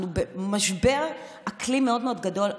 אנחנו במשבר אקלים מאוד גדול.